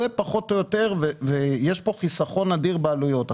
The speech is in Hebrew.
יש פה חיסכון אדיר בעלויות.